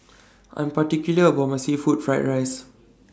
I'm particular about My Seafood Fried Rice